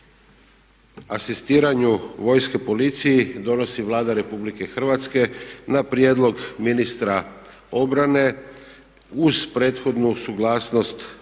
asistiranju vojske policiji donosi Vlada Republike Hrvatske na prijedlog ministra obrane uz prethodnu suglasnost